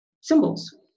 symbols